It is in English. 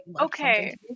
Okay